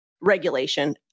regulation